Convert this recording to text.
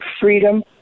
freedom